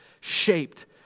shaped